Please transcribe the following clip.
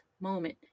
moment